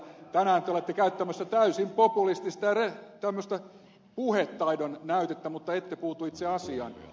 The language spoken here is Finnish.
tänään te olette käyttämässä täysin populistista puhetaidon näytettä mutta ette puutu itse asiaan